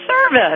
service